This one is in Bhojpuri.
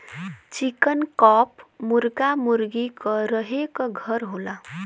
चिकन कॉप मुरगा मुरगी क रहे क घर होला